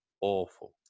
awful